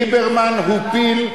ליברמן הוא פיל,